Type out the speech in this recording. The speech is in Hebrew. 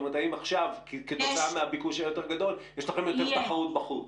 האם עכשיו כתוצאה מהביקוש היותר גדול יש לכם יותר תחרות בחוץ?